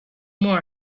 more